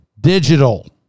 digital